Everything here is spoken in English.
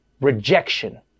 rejection